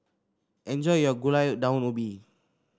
enjoy your Gulai Daun Ubi